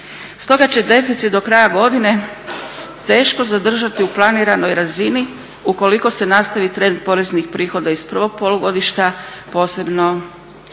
Stoga će deficit do kraja godine teško zadržati u planiranoj razini ukoliko se nastavi trend poreznih prihoda iz prvog polugodišta, posebno ne